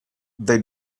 they